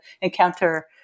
encounter